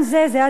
זה התיקון,